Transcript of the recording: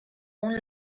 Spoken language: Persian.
اون